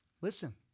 Listen